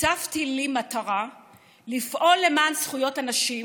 הצבתי לי מטרה לפעול למען זכויות הנשים,